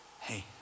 hey